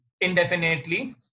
indefinitely